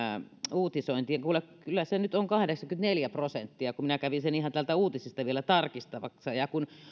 uutisointiin niin kuule kyllä se on kahdeksankymmentäneljä prosenttia minä kävin sen ihan täältä uutisista vielä tarkistamassa